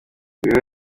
buri